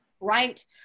right